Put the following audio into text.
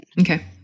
Okay